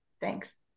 Thanks